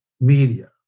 media